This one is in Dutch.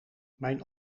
mijn